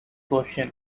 question